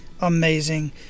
amazing